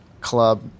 club